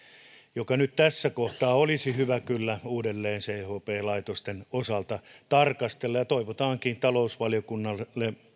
jotka nyt tässä kohtaa olisi kyllä hyvä uudelleen chp laitosten osalta tarkastella toivotaankin talousvaliokunnalle